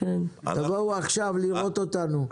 תבואו עכשיו לראות אותנו.